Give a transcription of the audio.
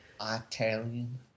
Italian